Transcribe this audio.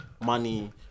money